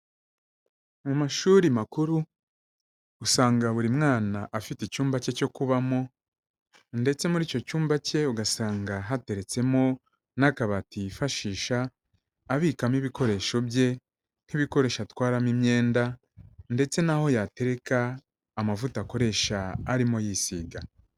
Mu mashuri makuru usanga buri mwana afite icyumba cye cyo kubamo ndetse muri icyo cyumba cye ugasanga hateretsemo n'akabati yifashisha abikamo ibikoresho bye nk'ibikoresho atwaramo imyenda ndetse n'aho yatereka amavuta akoresha arimo yisiga.